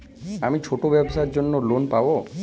আমি ছোট ব্যবসার জন্য লোন পাব?